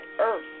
earth